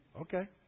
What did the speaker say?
Okay